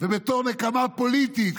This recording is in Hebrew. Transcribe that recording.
ובתור נקמה פוליטית.